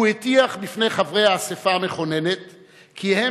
הוא הטיח בפני חברי האספה המכוננת כי הם